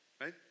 right